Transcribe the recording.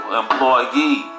employee